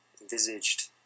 envisaged